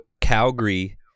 Calgary